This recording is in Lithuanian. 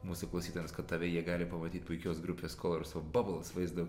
mūsų klausytojams kad tave jie gali pamatyt puikios grupės kolors of babals vaizdo